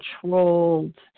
controlled